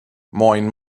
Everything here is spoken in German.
moin